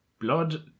Blood